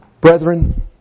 Brethren